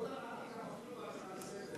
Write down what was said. לא טענתי כך אפילו בהצעה לסדר-היום.